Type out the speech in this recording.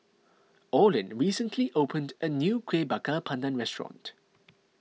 Orlin recently opened a new Kueh Bakar Pandan restaurant